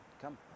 come